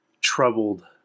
troubled